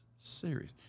serious